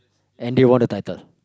and they won the title